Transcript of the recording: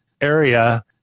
area